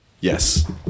Yes